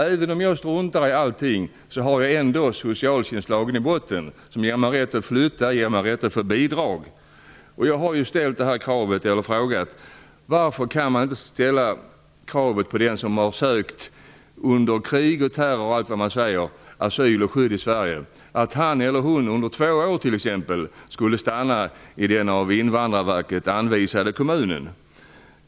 Även om man struntar i allting finns socialtjänstlagen som ger rätt att flytta och rätt till bidrag. Jag har frågat varför man inte kan ställa som krav att den som har sökt asyl och skydd i Sverige, på grund av krig och allt vad man säger, under t.ex. två år skall stanna i den av Invandrarverket anvisade kommunen.